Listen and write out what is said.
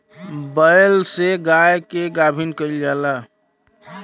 बैल से गाय के गाभिन कइल जाला